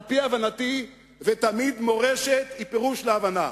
על-פי הבנתי, ותמיד מורשת היא פירוש להבנה,